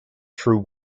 true